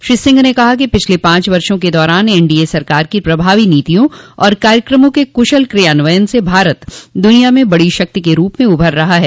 श्री सिंह ने कहा कि पिछले पांच वर्षो के दौरान एनडीए सरकार की प्रभावी नीतियों और कार्यक्रमों के कुशल क्रियान्वयन से भारत द्निया में बड़ी शक्ति के रूप में उभर रहा है